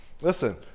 Listen